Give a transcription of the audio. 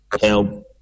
help